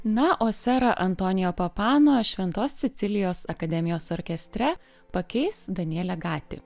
na o serą antonio papano šventos cecilijos akademijos orkestre pakeis danielė gati